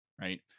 Right